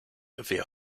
via